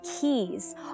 keys